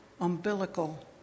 umbilical